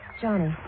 Johnny